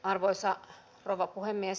arvoisa rouva puhemies